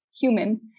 human